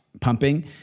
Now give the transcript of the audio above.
pumping